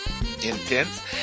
intense